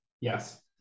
Yes